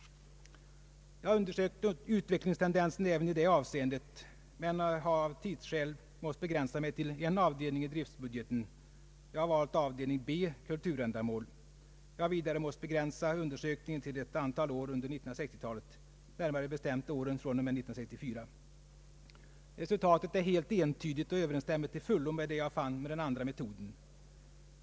Jag har undersökt utvecklingstendensen även i detta avseende men har av tidsskäl måst begränsa mig till en avdelning i driftbudgeten. Jag har valt avdelning B, Kulturändamål. Vidare har jag måst begränsa undersökningen till ett antal år under 1960-talet, närmare bestämt åren fr.o.m. 1964. Resultatet är helt entydigt och överensstämmer till fullo med det jag fann enligt den andra metoden.